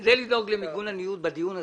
כדי לדאוג למיגון הניוד בדיון הזה,